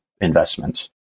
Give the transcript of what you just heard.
investments